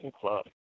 Club